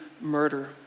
murder